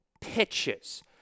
pitches